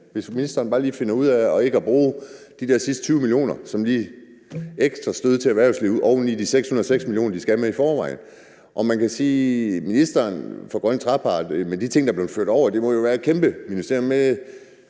hvis ministeren bare lige finder ud af ikke at bruge de sidste 20 mio. kr. som et ekstra stød til erhvervslivet oven i de 606 mio. kr., de skal have med i forvejen. Man kan sige, at ministeren for grøn trepart med de ting, der er blevet ført over, jo må have et kæmpe ministerium med